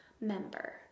member